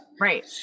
right